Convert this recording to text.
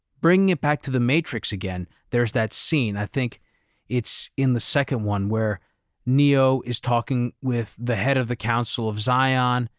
bringing it back to the matrix again, there's that scene, i think it's in the second one, where neo is talking with the head of the council of zion,